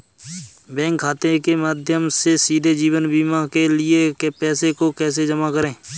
Bank खाते के माध्यम से सीधे जीवन बीमा के लिए पैसे को कैसे जमा करें?